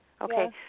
Okay